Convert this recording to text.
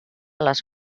les